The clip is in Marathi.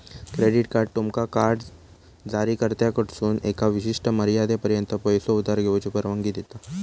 क्रेडिट कार्ड तुमका कार्ड जारीकर्त्याकडसून एका विशिष्ट मर्यादेपर्यंत पैसो उधार घेऊची परवानगी देता